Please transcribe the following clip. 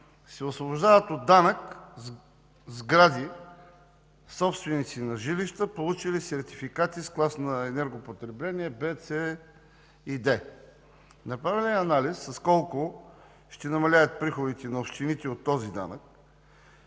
„се освобождават от данък сгради собственици на жилища, получили сертификати с клас на енергопотребление В, С и D”. Направен ли е анализ с колко ще намалеят приходите на общините от този данък?